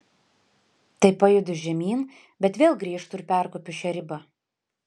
tai pajudu žemyn bet vėl grįžtu ir perkopiu šią ribą